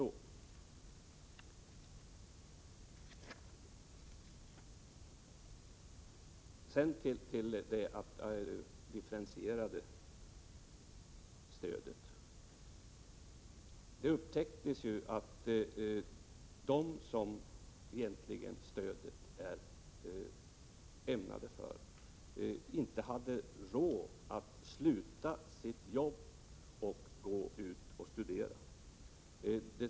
När det gäller det differentierade stödet upptäcktes det ju att de som stödet egentligen var ämnat för inte hade råd att sluta sina jobb och börja studera.